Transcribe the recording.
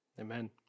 Amen